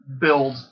build